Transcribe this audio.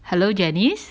hello Janice